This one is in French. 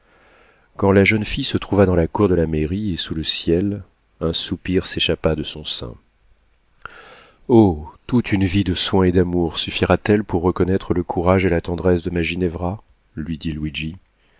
quand la jeune fille se trouva dans la cour de la mairie et sous le ciel un soupir s'échappa de son sein oh toute une vie de soins et d'amour suffira t elle pour reconnaître le courage et la tendresse de ma ginevra lui dit